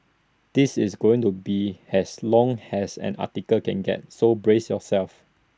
this is going to be as long as an article can get so brace yourself